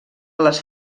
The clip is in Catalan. les